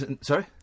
Sorry